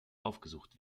aufgesucht